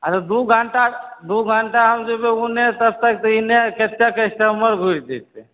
अच्छा दू घंटा दू घंटा हम जेबै ओन्ने तब तक इन्ने कतेक कस्टमर घूरि जेतै